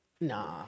Nah